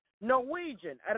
Norwegian